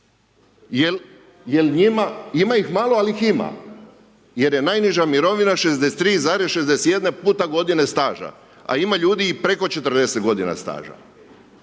ima ih malo, al ih ima jer je najniža mirovina 63,61 x godine staža, a ima ljudi i preko 40 godina staža